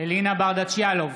אלינה ברדץ' יאלוב,